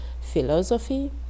philosophy